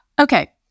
Okay